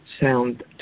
sound